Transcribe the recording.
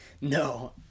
No